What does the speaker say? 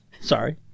Sorry